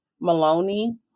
Maloney